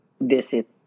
visit